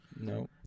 no